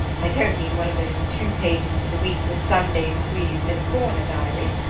i don't mean one of those two-pages-to-the-week-with-sunday-squeezed-in-a-corner diaries,